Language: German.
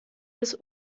bis